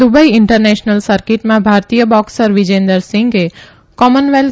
Dubai international સર્કીટમાં ભારતીય બોકસર વિજેન્દર સિંઘે કોમનવેલ્થ